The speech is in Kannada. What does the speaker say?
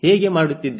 ಹೇಗೆ ಮಾಡುತ್ತಿದ್ದೇನೆ